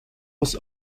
was